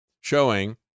showing